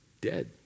dead